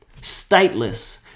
Stateless